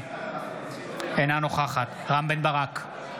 אינה נוכחת רם בן ברק,